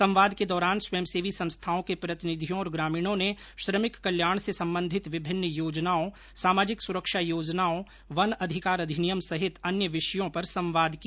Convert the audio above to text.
संवाद के दौरान स्वयंसेवी संस्थाओं के प्रतिनिधियों और ग्रामीणों ने श्रमिक कल्याण से संबंधित विभिन्न योजनाओं सामाजिक सुरक्षा योजनाओं वन अधिकार अधिनियम सहित अन्य विषयों पर संवाद किया